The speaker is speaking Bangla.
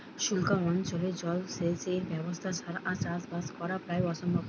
সুক্লা অঞ্চলে জল সেচের ব্যবস্থা ছাড়া চাষবাস করা প্রায় অসম্ভব